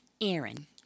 Aaron